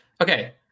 Okay